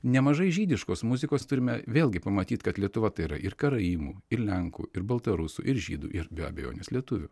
nemažai žydiškos muzikos turime vėlgi pamatyt kad lietuva tai yra ir karaimų ir lenkų ir baltarusų ir žydų ir be abejonės lietuvių